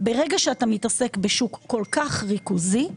ברגע שאתה מתעסק בשוק כל כך ריכוזי,